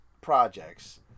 projects